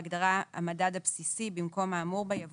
בהגדרה "המדד הבסיסי" במקום האמור בה יבוא